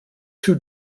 two